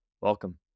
welcome